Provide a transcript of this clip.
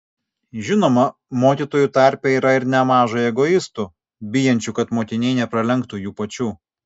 žinoma mokytojų tarpe yra ir nemaža egoistų bijančių kad mokiniai nepralenktų jų pačių